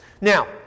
Now